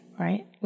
right